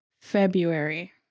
February